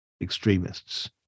extremists